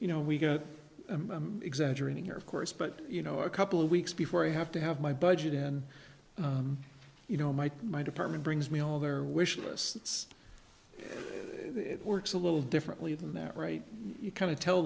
you know we got exaggerating here of course but you know a couple of weeks before i have to have my budget and you know my my department brings me all their wish lists it works a little differently than that right you kind of tell